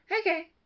Okay